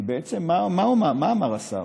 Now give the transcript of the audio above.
כי בעצם מה אמר השר?